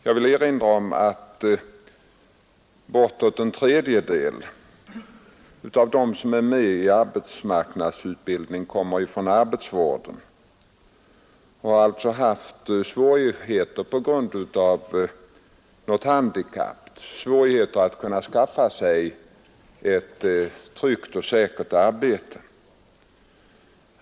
Jag vill erinra om att bortåt en tredjedel av dem som är med i arbetsmarknadsutbildning kommer från arbetsvården och alltså, på grund av något handikapp, har haft svårigheter att skaffa sig ett tryggt och säkert arbete.